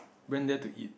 went there to eat